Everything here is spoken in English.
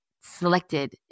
selected